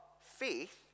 faith